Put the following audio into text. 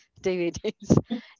DVDs